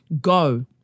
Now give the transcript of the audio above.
Go